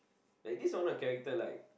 like this or not character like